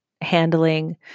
handling